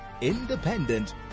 independent